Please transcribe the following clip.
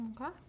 Okay